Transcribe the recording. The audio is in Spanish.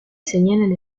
señalan